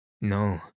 No